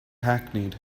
hackneyed